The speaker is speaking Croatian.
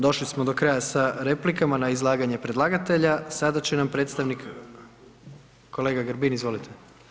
Došli smo do kraja sa replikama, na izlaganje predlagatelja, sada će nam predstavnik, kolega Grbin, izvolite.